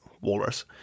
walrus